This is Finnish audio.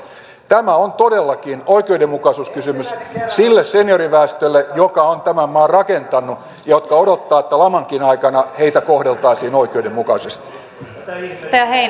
tämä on todellakin oikeudenmukaisuuskysymys sille senioriväestölle joka on tämän maan rakentanut ja joka odottaa että lamankin aikana heitä kohdeltaisiin oikeudenmukaisesti